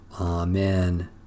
Amen